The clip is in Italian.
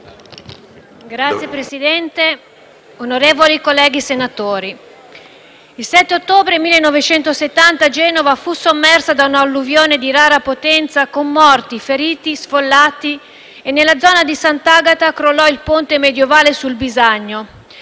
Signor Presidente, onorevoli colle- ghi, il 7 ottobre 1970 Genova fu sommersa da un’alluvione di rara potenza, con morti, feriti e sfollati. Nella zona di Sant’Agata crollò il ponte medievale sul Bisagno.